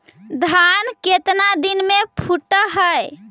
धान केतना दिन में फुट है?